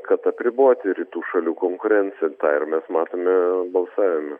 kad apriboti rytų šalių konkurenciją tą ir mes matome balsavime